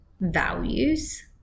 values